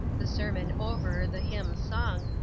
the sermon over, the hymn sung,